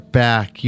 back